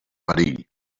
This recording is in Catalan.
perill